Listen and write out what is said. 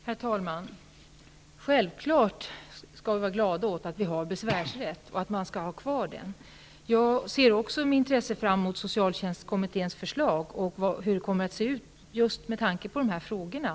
Herr talman! Självfallet skall vi vara glada över att vi har en besvärsrätt och självfallet skall vi ha kvar denna. Även jag ser fram emot socialtjänstkommitténs förslag med tanke på hur det blir beträffande just de här frågorna.